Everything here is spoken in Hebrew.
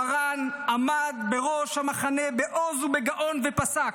מרן עמד בראש המחנה בעוז ובגאון, ופסק.